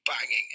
banging